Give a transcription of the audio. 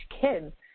kids